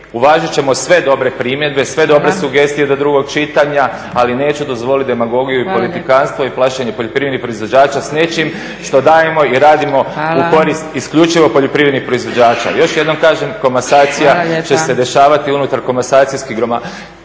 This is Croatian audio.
Uvažit ćemo sve dobre primjedbe, sve dobre sugestije do drugog čitanja, ali neću dozvoliti demagogiju i politikantstvo i plašenje poljoprivrednih proizvođača s nečim što dajemo i radimo u korist isključivo poljoprivrednih proizvođača. Još jednom kažem komasacija će se dešavati unutar komasacijskog